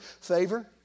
favor